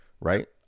right